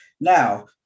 now